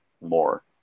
more